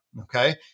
okay